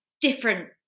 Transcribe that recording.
different